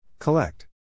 Collect